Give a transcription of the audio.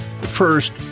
First